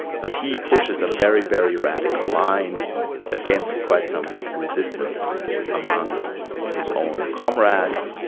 but he pushes a very, very radical line against quite some resistance among his own comrades,